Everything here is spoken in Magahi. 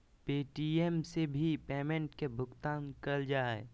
पे.टी.एम से भी पेमेंट के भुगतान करल जा हय